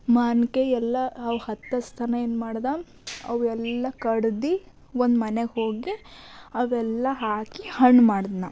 ಮಾವಿನ್ಕಾಯಿ ಎಲ್ಲ ಅವು ಹತ್ತೊತನಾ ಏನು ಮಾಡ್ದೆ ಅವು ಎಲ್ಲ ಕಡ್ದು ಒಂದು ಮನೆಗೆ ಹೋಗಿ ಅವೆಲ್ಲಾ ಹಾಕಿ ಹಣ್ಣು ಮಾಡ್ದೆ ನಾ